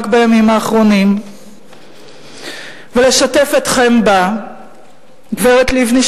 בימים האחרונים ולשתף אתכם בה: "הגברת לבני,